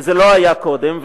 וזה לא היה קודם.